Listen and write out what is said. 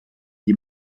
die